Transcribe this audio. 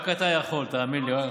רק אתה יכול, תאמין לי.